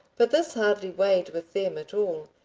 but this hardly weighed with them at all,